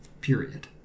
Period